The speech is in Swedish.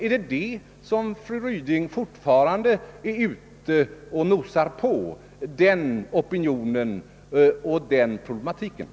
Är det denna opinion och problematik som fru Ryding fortfarande nosar på?